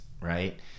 right